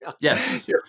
yes